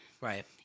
right